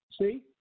see